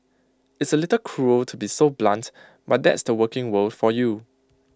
it's A little cruel to be so blunt but that's the working world for you